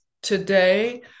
Today